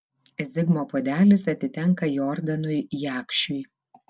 zigmo puodelis atitenka jordanui jakšiui